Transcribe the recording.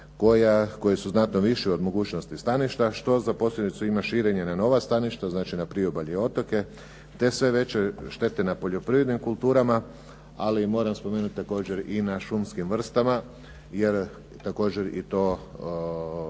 koje su znatno više od mogućnosti staništa, što za posljedicu ima širenje na nova staništa, znači na priobalje i otoke te sve veće štete na poljoprivrednim kulturama, ali moram spomenuti također i na šumskim vrstama jer također i to